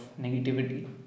negativity